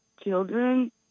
children